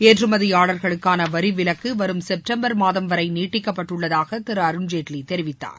ஏற்றுமதியாளர்களுக்கான வரி விலக்கு வரும் சுப்டம்பர் மாதம் வரை நீட்டிக்கப்பட்டுள்ளதாக திரு அருண்ஜேட்லி தெரிவித்தார்